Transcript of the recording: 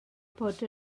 bod